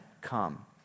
come